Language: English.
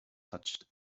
touched